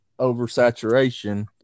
oversaturation